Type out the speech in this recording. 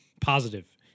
positive